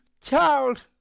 child